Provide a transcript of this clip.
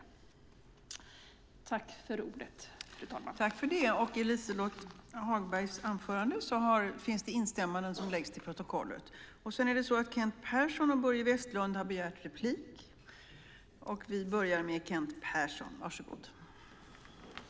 I detta anförande instämde Jonas Jacobsson Gjörtler, Olof Lavesson, Cecilie Tenfjord-Toftby och Boriana Åberg samt Mats Odell .